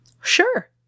Sure